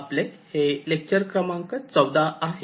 आपले हे लेक्चर क्रमांक 14 आहे